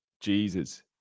Jesus